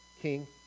king